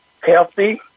Healthy